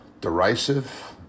derisive